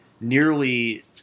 nearly